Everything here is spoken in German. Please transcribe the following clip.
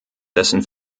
dessen